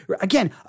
again